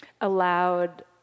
allowed